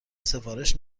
سفارش